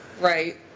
Right